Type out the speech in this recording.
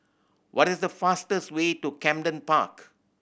what is the fastest way to Camden Park